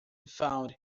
found